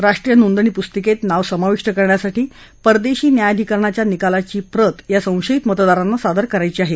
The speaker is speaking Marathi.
राष्ट्रीय नोंदणी पुस्तिकेत नाव समाविष्ट करण्यासाठी परदेशी न्यायाधीकरणाच्या निकालाची प्रत या संशयित मतदारांना सादर करायची आहे